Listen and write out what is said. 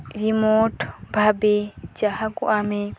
remote ଭାବେ ଯାହାକୁ ଆମେ